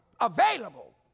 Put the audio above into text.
available